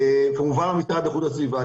כמובן המשרד לאיכות הסביבה,